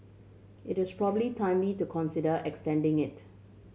it is probably timely to consider extending it